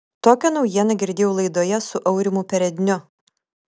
tokią naujieną girdėjau laidoje su aurimu peredniu